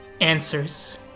Answers